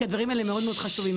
כי הדברים חשובים מאוד.